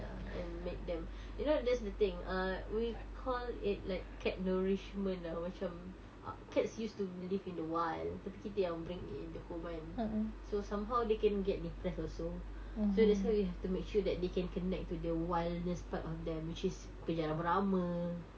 and make them you know that's the thing err we call it like cat nourishment ah macam cats used to live in the wild tapi kita yang bring in the home kan so somehow they can depress also so that's why we have to make sure that they can connect to the wildness part of them which is kejar rama-rama